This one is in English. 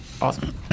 awesome